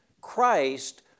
Christ